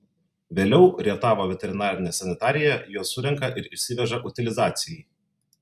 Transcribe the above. vėliau rietavo veterinarinė sanitarija juos surenka ir išsiveža utilizacijai